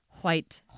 white